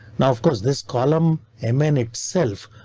now of course, this column, a man itself,